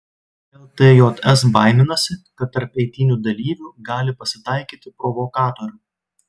ltjs baiminasi kad tarp eitynių dalyvių gali pasitaikyti provokatorių